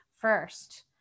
first